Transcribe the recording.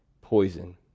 poison